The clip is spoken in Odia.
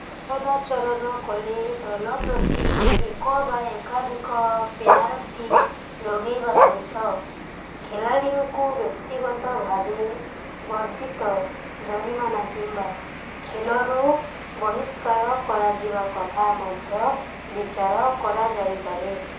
ଅସଦାଚରଣ କଲେ ଦଲ ପ୍ରତି ଏକ ବା ଏକାଧିକ ପେନାଲ୍ଟି ଲଗେଇବା ସହିତ ଖେଳାଳିଙ୍କୁ ବ୍ୟକ୍ତିଗତ ଭାବେ ବର୍ଦ୍ଧିତ ଜୋରିମାନା କିମ୍ବା ଖେଳରୁ ବହିଷ୍କାର କରାଯିବା କଥା ମଧ୍ୟ ବିଚାର କରାଯାଇପାରେ